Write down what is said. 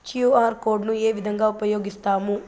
QR code ను ఏ విధంగా ఉపయగిస్తాము?